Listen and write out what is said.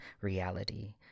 reality